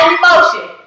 emotion